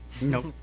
Nope